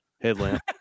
Headlamp